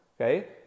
okay